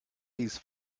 these